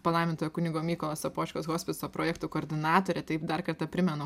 palaimintojo kunigo mykolo sopočkos hospiso projektų koordinatorė taip dar kartą primenu